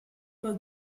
pel